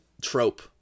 trope